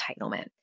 entitlement